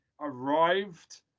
arrived